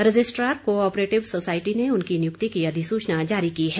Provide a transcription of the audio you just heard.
registrar cooperative society ने उनकी नियुक्ति की अधिसूचना जारी की है